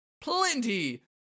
plenty